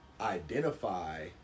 identify